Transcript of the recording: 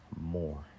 more